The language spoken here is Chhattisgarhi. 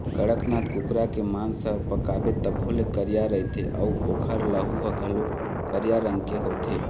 कड़कनाथ कुकरा के मांस ल पकाबे तभो ले करिया रहिथे अउ ओखर लहू ह घलोक करिया रंग के होथे